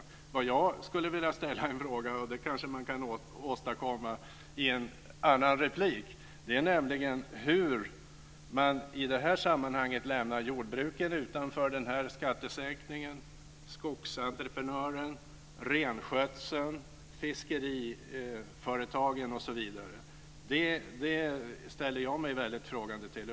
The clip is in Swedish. En fråga jag skulle vilja ställa - kanske ministern kan åstadkomma ett svar i en annan replik - är hur man i det här sammanhanget kan lämna jordbruken utanför denna skattesänkning, liksom skogsentreprenörerna, renskötseln, fiskeriföretagen osv. Det ställer jag mig väldigt frågande till.